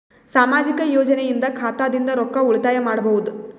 ಸಾಮಾಜಿಕ ಯೋಜನೆಯಿಂದ ಖಾತಾದಿಂದ ರೊಕ್ಕ ಉಳಿತಾಯ ಮಾಡಬಹುದ?